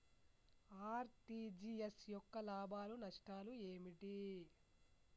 RTGS యొక్క లాభాలు నష్టాలు ఏమిటి?